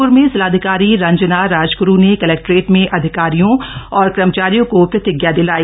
रुद्रपुर में जिलाधिकारी रंजना राजगुरू ने कलेक्ट्रेट में अधिकारियों और कर्मचारियो को प्रतिज्ञा दिलाई